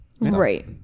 right